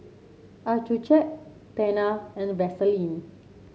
Accucheck Tena and Vaselin